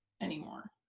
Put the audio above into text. anymore